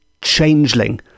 changeling